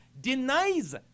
denies